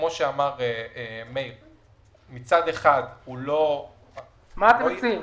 מה אתם מציעים?